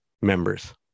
members